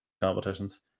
competitions